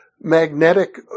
magnetic